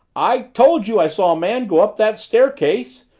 i told you i saw a man go up that staircase!